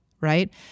Right